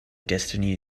destiny